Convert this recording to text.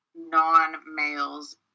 non-males